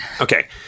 Okay